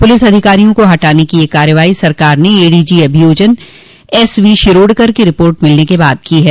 police अधिकारियों को हटाने की ये कार्रवाई सरकार ने एडीजी अभियोजन एसवी शिरोडकर की रिपोर्ट मिलने के बाद की है